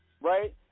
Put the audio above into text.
right